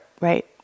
right